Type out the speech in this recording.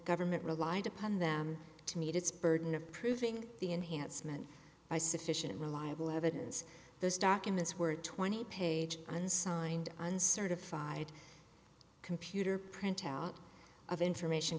government relied upon them to meet its burden of proving the enhancement by sufficient reliable evidence those documents were twenty page unsigned uncertified computer printout of information